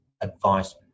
advice